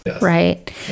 Right